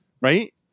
right